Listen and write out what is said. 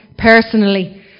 personally